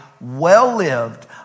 well-lived